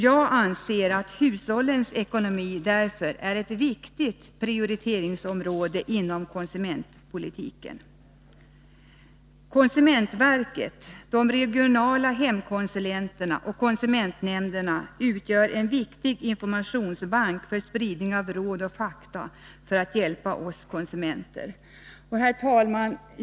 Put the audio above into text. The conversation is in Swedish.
Jag anser att hushållens ekonomi därför är ett viktigt prioriteringsområde inom konsumentpolitiken. Konsumentverket, de regionala hemkonsulenterna och konsumentnämnderna utgör en viktig informationsbank för spridning av råd och fakta för att hjälpa oss konsumenter. Herr talman!